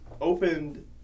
opened